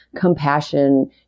compassion